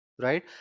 right